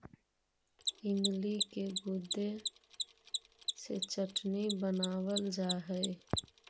इमली के गुदे से चटनी बनावाल जा हई